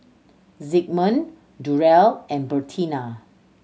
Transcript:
Zigmund Durell and Bertina